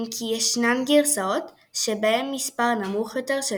אם כי ישנן גרסאות שבהן מספר נמוך יותר של